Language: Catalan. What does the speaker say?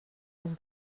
els